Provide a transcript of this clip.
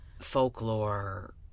Folklore